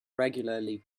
regularly